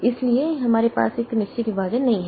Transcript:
इसलिए हमारे पास एक निश्चित विभाजन नहीं है